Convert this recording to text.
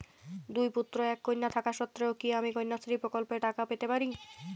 দুই পুত্র এক কন্যা থাকা সত্ত্বেও কি আমি কন্যাশ্রী প্রকল্পে টাকা পেতে পারি?